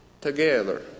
together